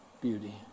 beauty